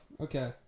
Okay